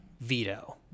veto